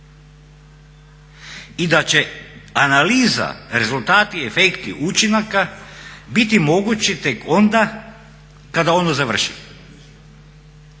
I da će analiza, rezultati, efekti učinaka biti mogući tek onda kada ono završi,